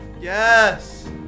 Yes